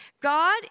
God